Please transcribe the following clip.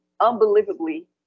unbelievably